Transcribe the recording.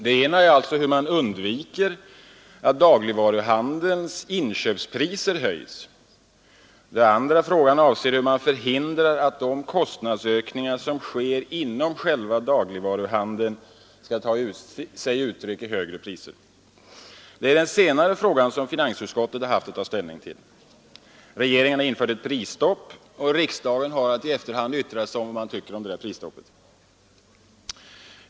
Den ena frågan är alltså hur man skall undvika att dagligvaruhandelns inköpspriser höjs, och den andra avser hur man förhindrar att de kostnadsökningar som sker inom själva dagligvaruhandeln tar sig uttryck i högre priser. Det är den senare frågan som finansutskottet har haft att ta ställning till. Regeringen har infört ett prisstopp, och riksdagen har att i efterhand yttra sig om detta.